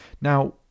Now